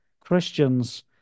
Christians